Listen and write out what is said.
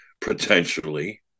potentially